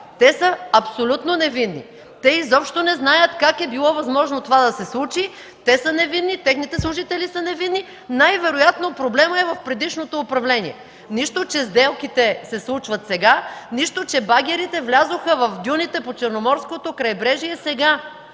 Те са абсолютно невинни. Те изобщо не знаят как е било възможно това да се случи. Те са невинни, техните служители са невинни, най-вероятно проблемът е в предишното управление, нищо че сделките се случват сега, нищо че багерите влязоха в дюните по Черноморското крайбрежие сега.